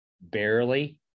barely